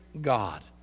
God